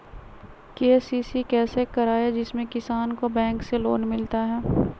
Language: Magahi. के.सी.सी कैसे कराये जिसमे किसान को बैंक से लोन मिलता है?